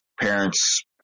parents